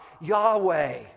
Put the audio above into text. Yahweh